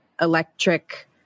electric